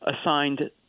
assigned